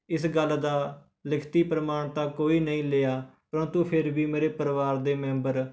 ਇਸ ਗੱਲ ਦਾ ਲਿਖਤੀ ਪ੍ਰਮਾਣ ਤਾਂ ਕੋਈ ਨਹੀਂ ਲਿਆ ਪਰੰਤੂ ਫਿਰ ਵੀ ਮੇਰੇ ਪਰਿਵਾਰ ਦੇ ਮੈਂਬਰ